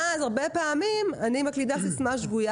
כמו בסיסמאות - ואז הרבה פעמים אני מקלידה סיסמה שגויה